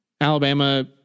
Alabama